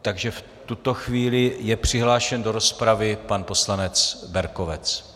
Takže v tuto chvíli je přihlášen do rozpravy pan poslanec Berkovec.